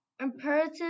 imperative